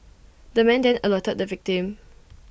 the man then alerted the victim